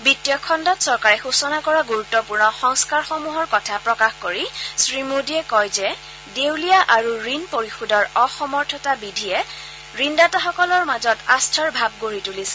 বিত্তীয় খণ্ডত চৰকাৰে সূচনা কৰা গুৰুত্বপূৰ্ণ সংস্থাৰসমূহৰ কথা প্ৰকাশ কৰি শ্ৰীমোদীয়ে কয় যে দেউলীয়া আৰু ঋণ পৰিশোধৰ অসমৰ্থতা বিধিয়ে ঋণদাতাসকলৰ মাজত আস্থাৰ ভাৱ গঢ়ি তুলিছে